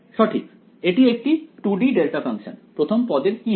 সঠিক এটি একটি 2 D ডেল্টা ফাংশন প্রথম পদের কি হয়